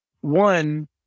One